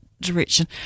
direction